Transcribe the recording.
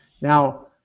Now